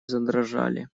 задрожали